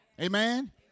Amen